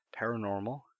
Paranormal